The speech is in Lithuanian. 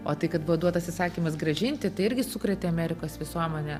o tai kad buvo duotas įsakymas grąžinti tai irgi sukrėtė amerikos visuomenę